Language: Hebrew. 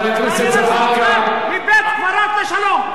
היא בית-קברות לשלום.